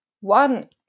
one